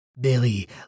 Billy